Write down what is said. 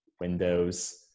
windows